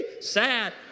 sad